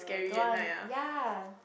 but don't want ya